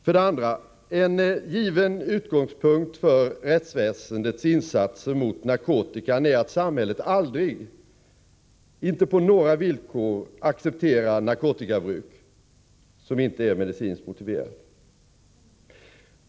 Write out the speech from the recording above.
För det andra: En given utgångspunkt för rättsväsendets insatser mot narkotikan är att samhället aldrig — inte på några villkor — accepterar narkotikabruk som inte är medicinskt motiverat.